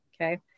okay